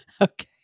Okay